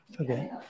okay